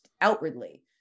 outwardly